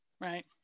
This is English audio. Right